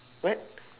what